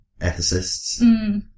Ethicists